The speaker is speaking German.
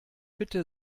bitte